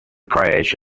crash